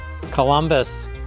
Columbus